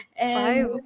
Five